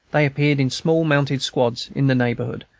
they appeared in small mounted squads in the neighborhood,